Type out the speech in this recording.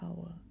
power